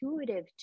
intuitive